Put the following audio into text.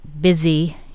busy